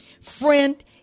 Friend